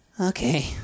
Okay